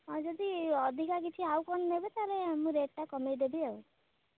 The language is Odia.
ହଁ ଯଦି ଅଧିକା କିଛି ଆଉ କ'ଣ ନେବେ ତା'ହେଲେ ମୁଁ ରେଟ୍ଟା କମାଇଦେବି ଆଉ